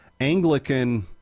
Anglican